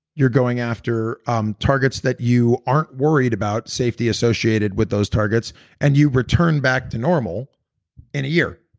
you're going after um targets that you aren't worried about safety associated with those targets and you return back to normal in a year.